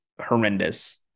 horrendous